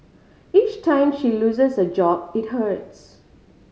each time she loses a job it hurts